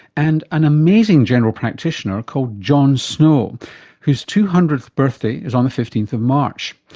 and an amazing general practitioner called john snow whose two hundredth birthday is on the fifteenth um march.